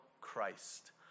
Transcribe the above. Christ